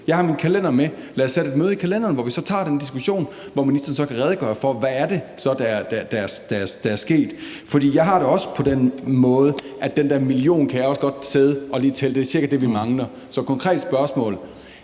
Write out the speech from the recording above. Jeg har min kalender med, så lad os sætte et møde i kalenderen, hvor vi tager den diskussion, og hvor ministeren så kan redegøre for, hvad det er, der er sket. For jeg har det også på den måde, at jeg også godt kan tælle mig frem til, at vi cirka mangler den 1 mio. t, så jeg har et konkret spørgsmål: